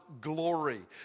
glory